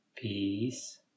Peace